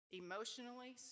emotionally